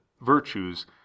virtues